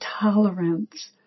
tolerance